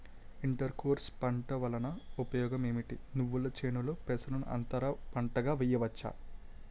Inter crops పంట వలన ఉపయోగం ఏమిటి? నువ్వుల చేనులో పెసరను అంతర పంటగా వేయవచ్చా?